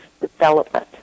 development